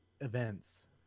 events